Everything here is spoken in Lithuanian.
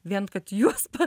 vien kad juos ta